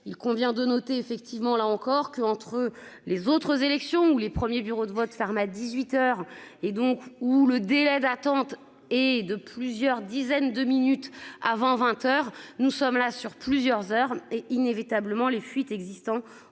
il convient de noter effectivement là encore que entre les autres élections où les premiers bureaux de vote ferme à 18h et donc où le délai d'attente est de plusieurs dizaines de minutes avant 20h. Nous sommes là sur plusieurs heures et inévitablement les fuites existant